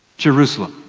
jerusalem.